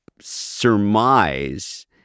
surmise